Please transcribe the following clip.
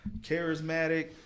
charismatic